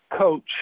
coach